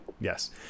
Yes